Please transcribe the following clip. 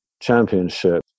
championship